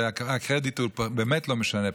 הקרדיט באמת לא משנה פה,